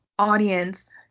audience